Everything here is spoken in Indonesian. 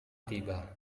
tiba